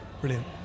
brilliant